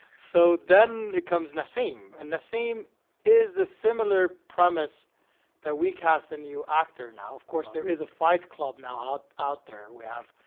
so then it comes nassim, and nassim is a similar premise that we cast a new actor now. of course there is a fight club now out out there. we have,